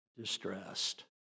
distressed